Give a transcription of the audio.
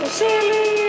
silly